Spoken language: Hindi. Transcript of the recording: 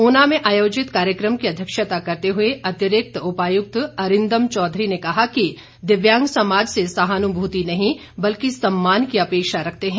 ऊना में आयोजित कार्यक्षता करते हुए अतिरिक्त उपायुक्त अरिंदम चौधरी ने कहा कि दिव्यांग समाज से सहानुभूति नहीं बल्कि सम्मान की अपेक्षा करते हैं